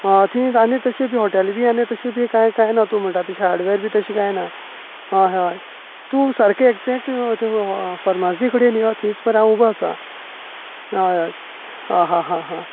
आ थंयच आनी तशी बी हॉटेल बी आनी तशीं बी कांय ना तूं म्हणटा तशी हाडवेयर बी तशी कांय ना हय हय तूं सारकें एग्जेक्ट थंय फर्मासी कडेन यो थंयच तुका हांव उबो आसा हय हय हा हा हा